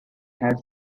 have